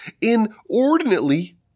inordinately